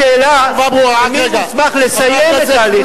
כל השאלה זה מי מוסמך לסיים את ההליך.